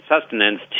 sustenance